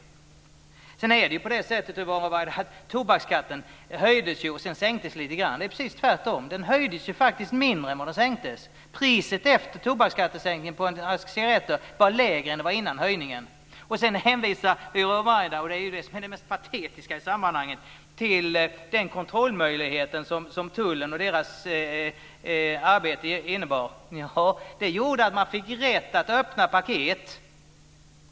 Yvonne Ruwaida talade om att tobaksskatten höjdes och sedan sänktes lite grann. Det är precis tvärtom, den höjdes faktiskt mindre än den sänktes. Priset på en ask cigaretter efter tobaksskattesänkningen var lägre än före höjningen. Yvonne Ruwaida hänvisade sedan, och det är det mest patetiska i sammanhanget, till den kontrollmöjlighet som tullens arbete innebär. Ja, det gjorde att man fick rätt att öppna paket.